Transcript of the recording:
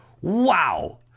Wow